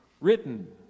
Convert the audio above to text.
written